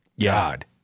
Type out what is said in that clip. god